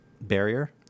barrier